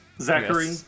zachary